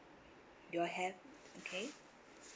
you all have okay